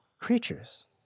creatures